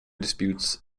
disputes